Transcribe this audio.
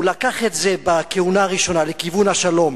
הוא לקח את זה בכהונה הראשונה לכיוון השלום,